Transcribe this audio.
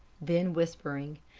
then whispering,